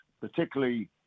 particularly